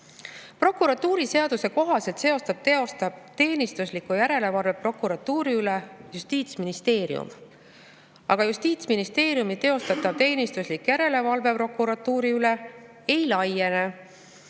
Prokuratuuriseaduse kohaselt teostab teenistuslikku järelevalvet prokuratuuri üle Justiitsministeerium, aga Justiitsministeeriumi teostatav teenistuslik järelevalve prokuratuuri üle ei laiene